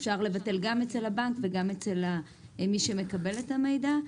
אפשר לבטל גם אצל הבנק וגם אצל מי שמקבל את המידע,